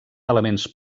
elements